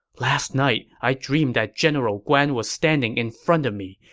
last night i dreamed that general guan was standing in front of me,